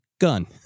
gun